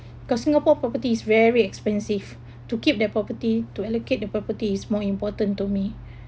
because singapore property is very expensive to keep their property to allocate the property is more important to me